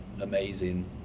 amazing